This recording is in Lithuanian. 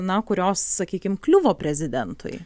na kurios sakykim kliuvo prezidentui